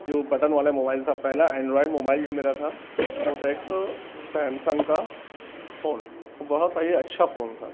جو بٹن والا موبائل تھا پہلا اینڈرائڈ موبائل جو میرا تھا وہ تھا ایک سیمسنگ کا فون وہ بہت ہی اچھا فون تھا